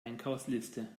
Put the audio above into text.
einkaufsliste